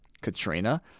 Katrina